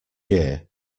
year